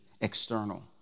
external